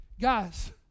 Guys